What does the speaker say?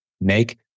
Make